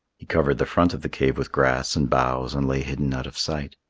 he covered the front of the cave with grass and boughs and lay hidden out of sight.